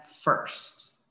first